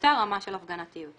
באותה רמה של הפגנתיות.